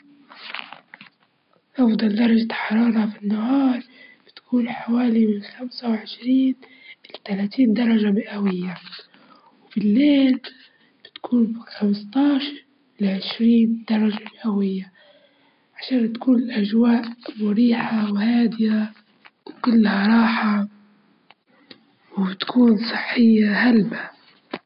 أعتقد إن الكون نشأ من الانفجار العظيم، اللي بعد نقطة اللي بعد نقطة واحدة وانتشر بشكل تدريجي ويدل ويدل على عظمة الخالق، هذا اللي جالوها العلماء، لكن في دراسات يدرسوا فيها بيعرفوا أساس كيف بدأ بدأ الكون.